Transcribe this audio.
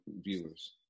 viewers